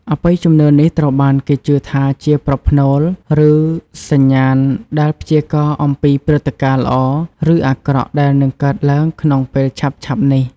អបិយជំនឿនេះត្រូវបានគេជឿថាជាប្រផ្នូល ឬសញ្ញាណដែលព្យាករណ៍អំពីព្រឹត្តិការណ៍ល្អ ឬអាក្រក់ដែលនឹងកើតឡើងក្នុងពេលឆាប់ៗនេះ។